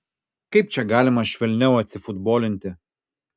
kaip čia galima švelniau atsifutbolinti